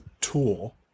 tool